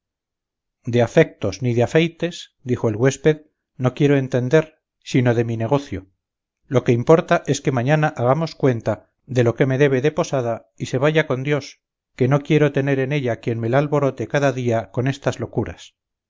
de afectos ni de afeites dijo el güésped no quiero entender sino de mi negocio lo que importa es que mañana hagamos cuenta de lo que me debe de posada y se vaya con dios que no quiero tener en ella quien me la alborote cada día con estas locuras